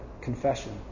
confession